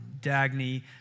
Dagny